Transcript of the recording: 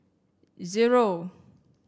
zero